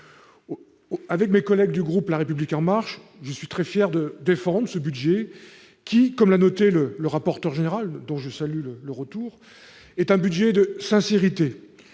loi de finances. Le groupe La République En Marche est très fier de défendre ce budget, qui, comme l'a noté le rapporteur général, dont je salue le retour parmi nous, est un budget de sincérité.